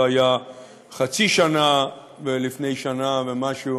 זה היה חצי שנה, ולפני שנה ומשהו